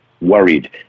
worried